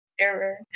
error